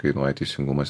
kainuoja teisingumas